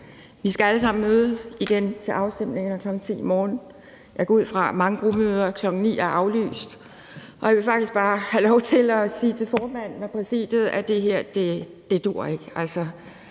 Vi skal alle sammen møde igen til afstemningerne kl. 10 i morgen, og jeg går ud fra, at mange gruppemøder kl. 9 er aflyst. Jeg vil faktisk bare have lov til at sige til formanden og Præsidiet, at det her ikke